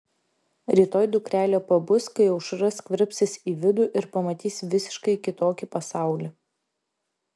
rytoj dukrelė pabus kai aušra skverbsis į vidų ir pamatys visiškai kitokį pasaulį